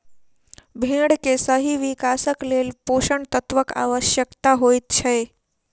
भेंड़ के सही विकासक लेल पोषण तत्वक आवश्यता होइत छै